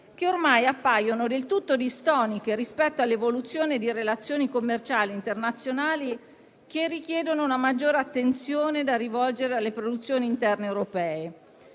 che ormai appaiono del tutto distoniche rispetto all'evoluzione di relazioni commerciali internazionali che richiedono una maggiore attenzione da rivolgere alle produzioni interne europee,